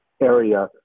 area